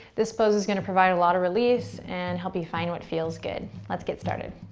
this pose is going to provide a lot of release and help you find what feels good. let's get started.